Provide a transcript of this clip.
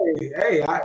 hey